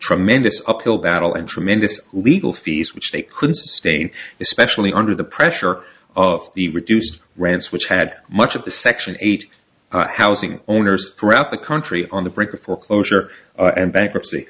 tremendous uphill battle and tremendous legal fees which they couldn't sustain especially under the pressure of the reduced rance which had much of the section eight housing owners throughout the country on the brink of foreclosure and bankruptcy